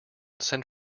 send